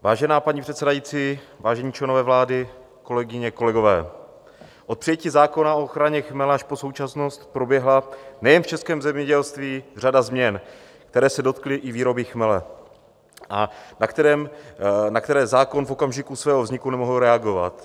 Vážená paní předsedající, vážení členové vlády, kolegyně, kolegové, od přijetí zákona o ochraně chmele až po současnost proběhla nejen v českém zemědělství řada změn, které se dotkly i výroby chmele a na které zákon v okamžiku svého vzniku nemohl reagovat.